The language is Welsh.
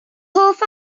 hoff